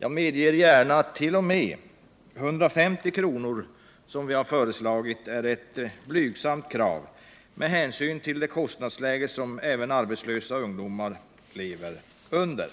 Jag medger gärna att t.o.m. 150 kr. är ett blygsamt krav med hänsyn till kostnadsläget, som även arbetslösa ungdomar lever under.